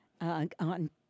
on